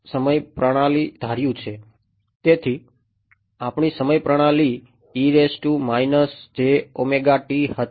તેથી આપણી સમય પ્રણાલી હતી